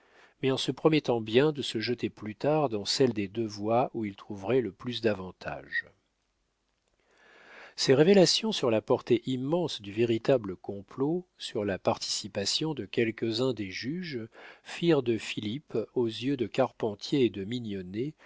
mais en se promettant bien de se jeter plus tard dans celle des deux voies où il trouverait le plus d'avantages ces révélations sur la portée immense du véritable complot sur la participation de quelques-uns des juges firent de philippe aux yeux de carpentier et de mignonnet